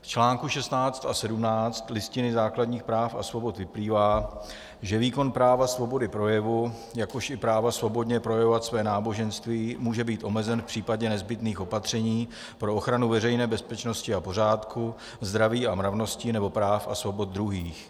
Z článku 16 a 17 Listiny základních práv a svobod vyplývá, že výkon práva svobody projevu, jakož i práva svobodně projevovat své náboženství může být omezen v případě nezbytných opatření pro ochranu veřejné bezpečnosti a pořádku, zdraví a mravnosti nebo práv a svobod druhých.